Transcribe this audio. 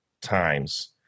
times